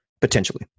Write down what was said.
potentially